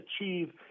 achieve